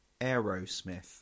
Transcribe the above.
Aerosmith